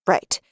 Right